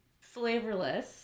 flavorless